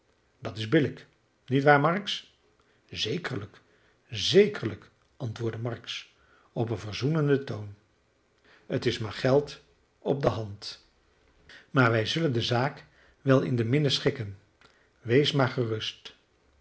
dat is billijk niet waar marks zekerlijk zekerlijk antwoordde marks op een verzoenenden toon het is maar geld op de hand maar wij zullen de zaak wel in der minne schikken wees maar gerust